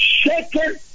shaken